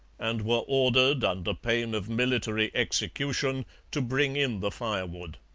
and were ordered under pain of military execution to bring in the firewood.